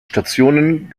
stationen